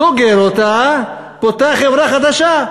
סוגר אותה, פותח חברה חדשה.